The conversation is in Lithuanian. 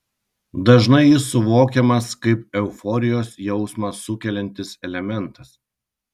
dažnai jis suvokiamas kaip euforijos jausmą sukeliantis elementas